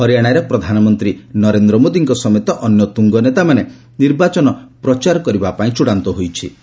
ହରିୟାଣାରେ ପ୍ରଧାନମନ୍ତ୍ରୀ ନରେନ୍ଦ୍ର ମୋଦିଙ୍କ ସମେତ ଅନ୍ୟ ତୁଙ୍ଗ ନେତାମାନେ ନିର୍ବାଚନ ପ୍ରଚାର କରିବେ